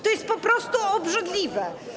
To jest po prostu obrzydliwe.